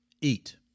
eat